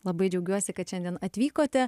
labai džiaugiuosi kad šiandien atvykote